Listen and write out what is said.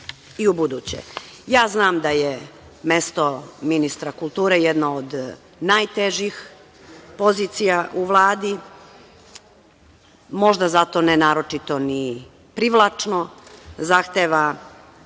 i u buduće. Znam da je mesto ministra kulture jedno od najtežih pozicija u Vladi, možda zato ne naročito ni privlačno, zahteva